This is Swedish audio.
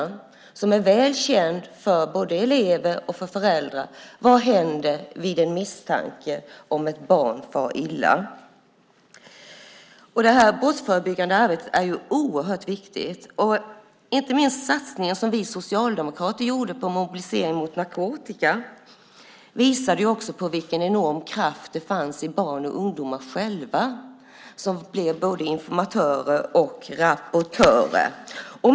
Den ska vara väl känd för både elever och föräldrar. Vad händer vid misstanke om att ett barn far illa? Det brottsförebyggande arbetet är alltså oerhört viktigt. Inte minst visade den satsning som vi socialdemokrater gjorde på mobilisering mot narkotika vilken enorm kraft det fanns i barnen och ungdomarna själva, som blev både informatörer och rapportörer.